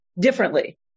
differently